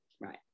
Right